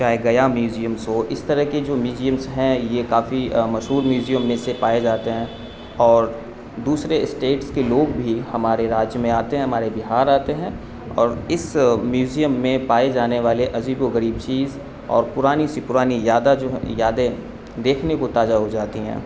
چاہے گیا میوزیمس ہو اس طرح کے جو میوزیمس ہیں یہ کافی مشہور میوزیم میں سے پائے جاتے ہیں اور دوسرے اسٹیٹس کے لوگ بھی ہمارے راج میں آتے ہیں ہمارے بہار آتے ہیں اور اس میوزیم میں پائے جانے والے عجیب و غریب چیز اور پرانی سی پرانی یادا جو ہیں یادیں دیکھنے کو تاجہ ہو جاتی ہیں